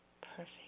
Perfect